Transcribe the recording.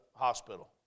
hospital